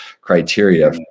criteria